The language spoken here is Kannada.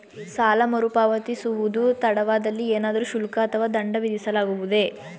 ಸಾಲ ಮರುಪಾವತಿಸುವುದು ತಡವಾದಲ್ಲಿ ಏನಾದರೂ ಶುಲ್ಕ ಅಥವಾ ದಂಡ ವಿಧಿಸಲಾಗುವುದೇ?